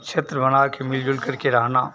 क्षेत्र बनाकर मिल जुलकर के रहना